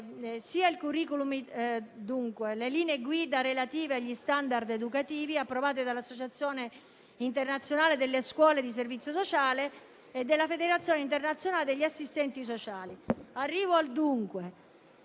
in questa direzione sia le linee guida relative agli *standard* educativi approvate dall'Associazione internazionale delle scuole di servizio sociale, sia la Federazione internazionale degli assistenti sociali. Arrivo al dunque: